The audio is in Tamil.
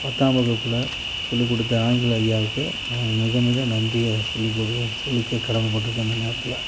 பத்தாம் வகுப்பில் சொல்லிக்கொடுத்த ஆங்கில ஐயாவுக்கு நான் மிக மிக நன்றியை சொல்லிக்கொள்வ சொல்லிக்க கடமைப்பட்டிருக்கேன் இந்த நேரத்தில்